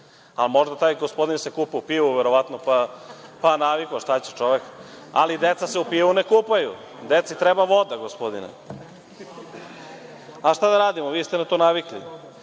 Možda taj gospodin se kupa u pivu, verovatno, pa navikao, šta će čovek, ali deca se u pivu ne kupaju. Deci treba voda, gospodine. Šta da radimo, vi ste na to navikli.